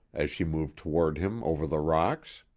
as she moved toward him over the rocks.